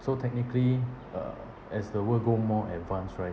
so technically uh as the world go more advance right